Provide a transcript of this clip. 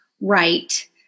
right